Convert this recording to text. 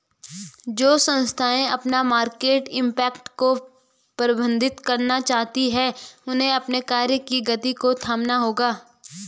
जो संस्थाएं अपना मार्केट इम्पैक्ट को प्रबंधित करना चाहती हैं उन्हें अपने कार्य की गति को थामना होगा